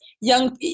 Young